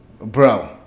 Bro